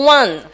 one